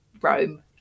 rome